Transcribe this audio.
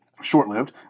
short-lived